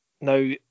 Now